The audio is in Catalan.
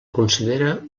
considera